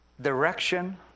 direction